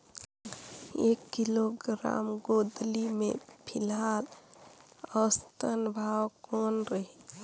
एक किलोग्राम गोंदली के फिलहाल औसतन भाव कौन रही?